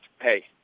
hey